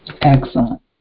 Excellent